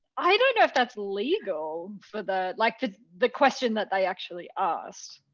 i don't know if that's legal for the like the the question that they actually asked.